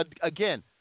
Again